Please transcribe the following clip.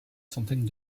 centaine